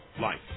life